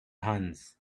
hands